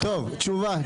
טוב, תשובה,